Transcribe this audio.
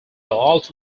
also